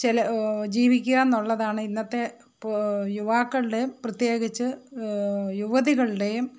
ചില ജീവിക്കുക എന്നുള്ളതാണ് ഇന്നത്തെ യുവാക്കളുടേയും പ്രത്യേകിച്ച് യുവതികളുടേയും